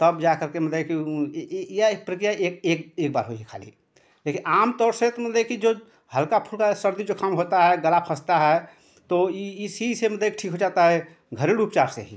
तब जा करके मतलब कि यह एक प्रक्रिया एक एक एक बार हुई है खाली देखिए आमतौर से तो मतलब कि जो हल्का फुल्का सर्दी जुक़ाम होता है गला फँसता है तो यह इसी से मतलब कि ठीक हो जाता है घरेलू उपचार से ही